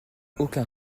aucun